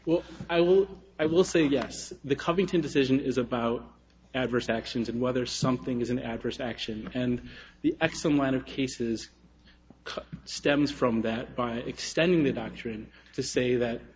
well i will i will say yes the coming to a decision is about adverse actions and whether something is an adverse action and the x amount of cases stems from that by extending the doctrine to say that